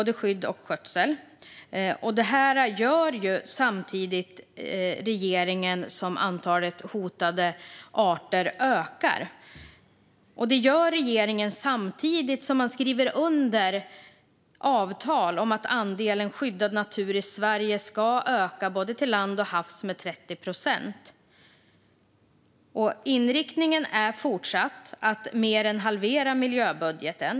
Det här gör regeringen samtidigt som antalet hotade arter ökar och man skriver under avtal om att andelen skyddad natur i Sverige ska öka både till lands och till havs med 30 procent. Inriktningen är fortsatt att mer än halvera miljöbudgeten.